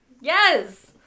Yes